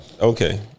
Okay